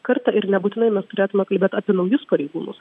kartą ir nebūtinai mes turėtume kalbėt apie naujus pareigūnus